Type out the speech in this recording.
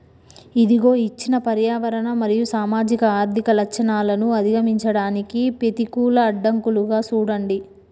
ఇదిగో ఇచ్చిన పర్యావరణ మరియు సామాజిక ఆర్థిక లచ్చణాలను అధిగమించడానికి పెతికూల అడ్డంకులుగా సూడండి